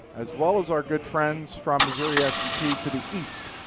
as well as our good friends from missouri s and t to the east,